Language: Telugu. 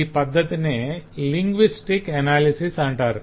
ఈ పద్ధతినే లింగ్విస్టిక్ ఎనాలిసిస్ అంటారు